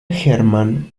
hermann